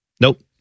Nope